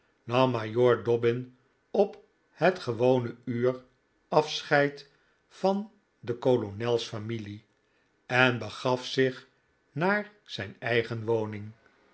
nam majoor dobbin op het gewone uur afscheid van de kolonelsfamilie en begaf zich naar zijn eigen woning